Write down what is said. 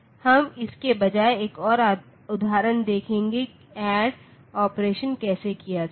हम इसके बजाय एक और उदाहरण देखेंगे कि ऐड ऑपरेशन कैसे किया जाएगा